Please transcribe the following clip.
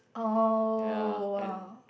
oh !wow!